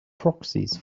proxies